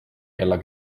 kella